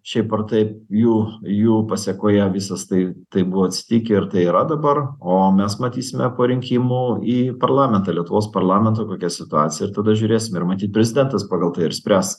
šiaip ar taip jų jų pasėkoje visas tai tai buvo atsitikę ir tai yra dabar o mes matysime po rinkimų į parlamentą lietuvos parlamento kokia situacija ir tada žiūrėsime ir matyt prezidentas pagal tai ir spręs